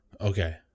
Okay